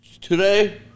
Today